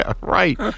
right